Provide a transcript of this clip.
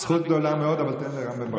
זכות גדולה מאוד, אבל תן לרם בן ברק לדבר.